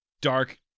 dark